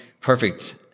perfect